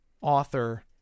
author